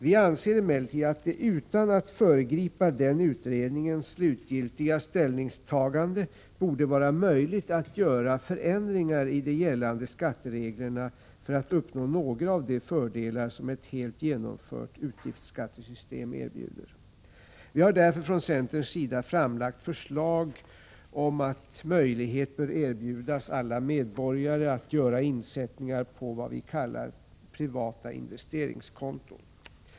Vi anser emellertid att det utan att föregripa den utredningens slutliga ställningstagande borde vara möjligt att göra förändringar i de gällande skattereglerna för att uppnå några av de fördelar som ett helt genomförande av ett utgiftsskattesystem erbjuder. Vi har därför från centerns sida framlagt ett förslag om att möjlighet bör erbjudas alla medborgare att göra insättningar på vad vi kallar privata investeringskonton.